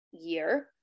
year